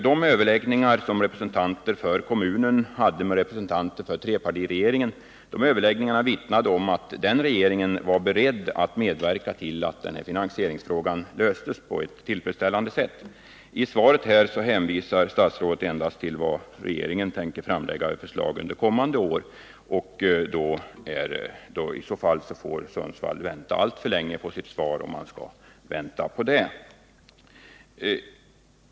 De överläggningar som representanter för kommunen hade med representanter för trepartiregeringen vittnade om att den dåvarande regeringen var beredd att medverka till att finansieringsfrågan löstes på ett tillfredsställande sätt. I svaret här hänvisar statsrådet endast till vad regeringen tänker framlägga för förslag under kommande år. Under sådana förhållanden får Sundsvall vänta länge på sitt svar.